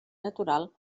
natural